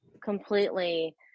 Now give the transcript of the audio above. completely